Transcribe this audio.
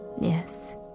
Yes